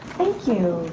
thank you.